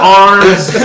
arms